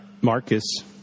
Marcus